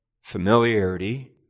familiarity